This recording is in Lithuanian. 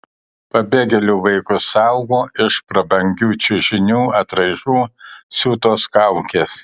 pabėgėlių vaikus saugo iš prabangių čiužinių atraižų siūtos kaukės